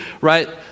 right